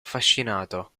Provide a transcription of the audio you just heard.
affascinato